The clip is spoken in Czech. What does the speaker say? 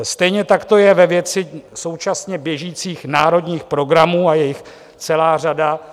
Stejně tak to je ve věci současně běžících národních programů, a je jich celá řada.